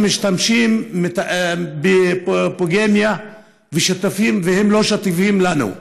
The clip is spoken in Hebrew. משתמשים בפוליגמיה והם לא שותפים לנו.